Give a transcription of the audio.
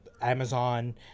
Amazon